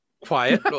Quiet